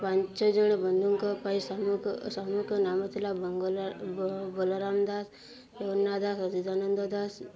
ପାଞ୍ଚଜଣ ବନ୍ଧୁଙ୍କ ପାଇଁ ସାମୁହିକ ସାମୁହିକ ନାମ ଥିଲା ବଙ୍ଗୋଲ ବଳରାମ ଦାସ ଜଗନ୍ନାଥ ଦାସ ଅଚ୍ୟୁତାନନ୍ଦ ଦାସ